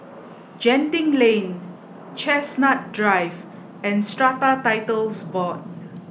Genting Lane Chestnut Drive and Strata Titles Board